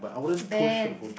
band